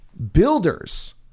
builders